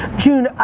june,